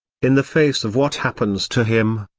in the face of what happens to him,